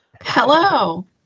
Hello